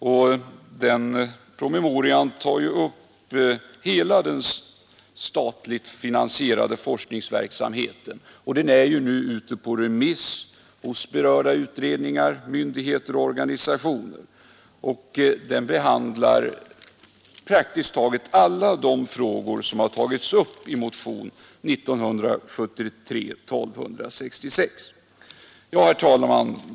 Promemorian tar upp hela den statligt finansierade forskningsverksamheten, och den är nu ute på remiss hos berörda utredningar, myndigheter och organisationer. Promemorian behandlar praktiskt taget alla de frågor som tagits upp i motionen 1266. Herr talman!